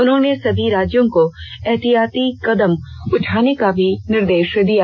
उन्होंने सभी राज्यों को एहतियाती कदम उठाने के भी निर्देश दिए